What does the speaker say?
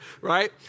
right